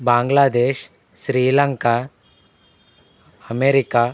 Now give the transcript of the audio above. Bangladesh Sri Lanka America